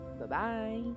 bye-bye